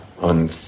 on